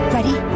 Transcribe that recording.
Ready